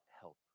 help